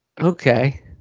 Okay